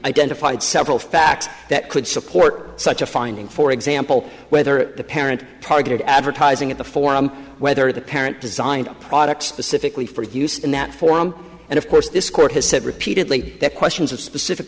identified several facts that could support such a finding for example whether the parent targeted advertising at the forum whether the parent designed a product specific way for use in that form and of course this court has said repeatedly that questions of specific